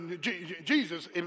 Jesus